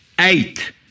Eight